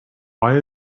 why